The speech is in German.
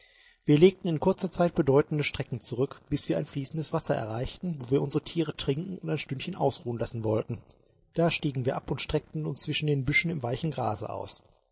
wir legten in kurzer zeit bedeutende strecken zurück bis wir ein fließendes wasser erreichten wo wir unsere tiere trinken und ein stündchen ausruhen lassen wollten da stiegen wir ab und streckten uns zwischen büschen im weichen grase aus